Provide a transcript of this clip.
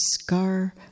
scar